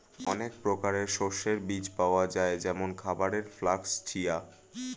অনেক প্রকারের শস্যের বীজ পাওয়া যায় যেমন খাবারের ফ্লাক্স, চিয়া